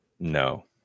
No